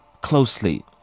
closely